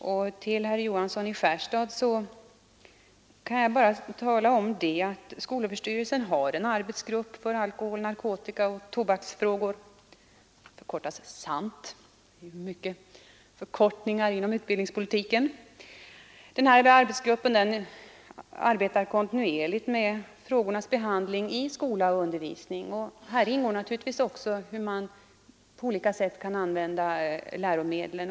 För herr Johansson i Skärstad vill jag bara tala om att skolöverstyrelsen har en arbetsgrupp för alkohol-, narkotikaoch tobaksfrågor. Namnet på arbetsgruppen förkortas SANT — det är ju mycket förkortningar inom utbildningspolitiken. Arbetsgruppen arbetar kontinuerligt med frågornas behandling i skola och undervisning, och i arbetet ingår naturligtvis att undersöka hur man på olika sätt kan begagna läromedlen.